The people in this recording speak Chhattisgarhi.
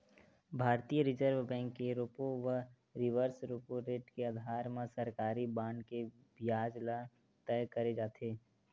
भारतीय रिर्जव बेंक के रेपो व रिवर्स रेपो रेट के अधार म सरकारी बांड के बियाज ल तय करे जाथे